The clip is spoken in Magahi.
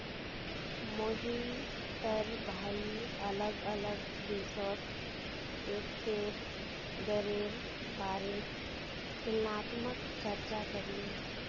मोहिटर भाई अलग अलग देशोत टैक्सेर दरेर बारेत तुलनात्मक चर्चा करले